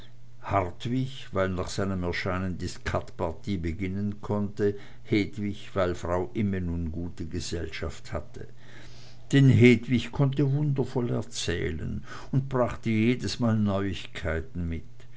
hartwig weil nach seinem erscheinen die skatpartie beginnen konnte hedwig weil frau imme nun gute gesellschaft hatte denn hedwig konnte wundervoll erzählen und brachte jedesmal neuigkeiten mit